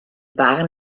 waren